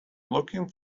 looking